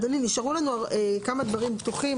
אדוני, נשארו לנו כמה דברים פתוחים.